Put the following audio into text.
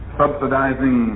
subsidizing